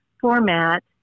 format